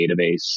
database